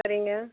சரிங்க